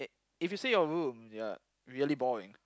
if you say your room you are really boring